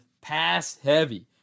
pass-heavy